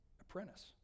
Apprentice